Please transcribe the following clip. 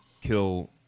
kill